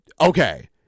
Okay